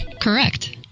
Correct